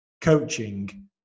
coaching